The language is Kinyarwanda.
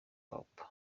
papua